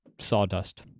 sawdust